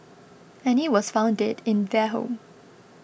Annie was found dead in their home